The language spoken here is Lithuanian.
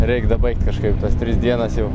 reikt dabaigt kažkaip tas tris dienas jau